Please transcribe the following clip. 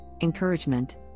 encouragement